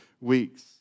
weeks